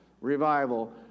revival